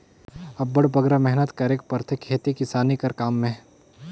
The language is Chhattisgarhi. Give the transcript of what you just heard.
अब्बड़ बगरा मेहनत करेक परथे खेती किसानी कर काम में